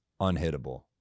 unhittable